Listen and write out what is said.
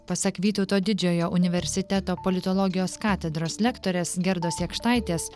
pasak vytauto didžiojo universiteto politologijos katedros lektorės gerdos jakštaitės